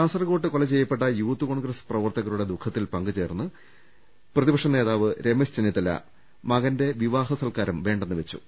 കാസർകോട്ട് കൊലചെയ്യപ്പെട്ട യൂത്ത് കോൺഗ്രസ് പ്രവർത്തക രുടെ ദുഖത്തിൽ പങ്കുചേർന്ന് പ്രതിപക്ഷ നേതാവ് രമേശ് ചെന്നി ത്തല മകന്റെ വിവാഹ സൽക്കാരം വേണ്ടെന്ന് വെച്ചു